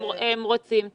הם רוצים טייק-אווי.